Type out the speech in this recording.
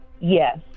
Yes